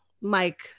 Mike